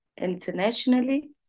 internationally